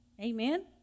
Amen